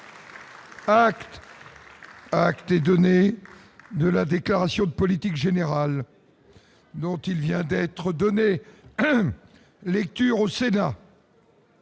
Acte est donné de la déclaration de politique générale dont il vient d'être donné lecture au Sénat.